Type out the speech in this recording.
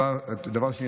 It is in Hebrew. דבר שני,